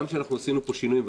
גם כשעשינו פה שינויים,